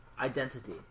identity